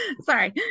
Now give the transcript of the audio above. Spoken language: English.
Sorry